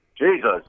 jesus